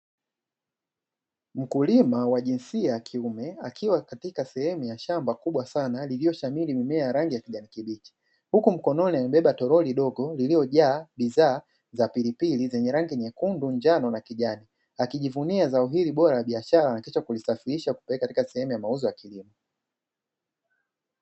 Mkulima wa jinsia ya kiume akiwa katika sehemu ya shamba kubwa sana lililoshamiri mimea ya rangi ya kijani kibichi, huku mkononi amebeba toroli dogo lililojaa bidhaa za pilipili zenye rangi nyekundu njano na kijani, akijivunia zao hili bora la biashara na kisha kulisafirisha kupeleka katika sehemu ya mauzo ya kilimo.